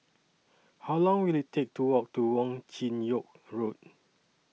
How Long Will IT Take to Walk to Wong Chin Yoke Road